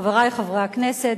חברי חברי הכנסת,